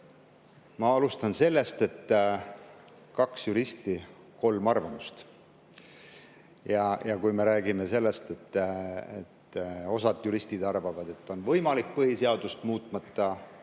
Ma alustan sellest: kaks juristi, kolm arvamust. Kui me räägime sellest, et osa juriste arvab, et on võimalik põhiseadust muutmata